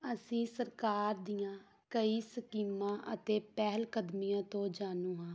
ਅਸੀਂ ਸਰਕਾਰ ਦੀਆਂ ਕਈ ਸਕੀਮਾਂ ਅਤੇ ਪਹਿਲ ਕਦਮੀਆਂ ਤੋਂ ਜਾਣੂ ਹਾਂ